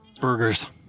Burgers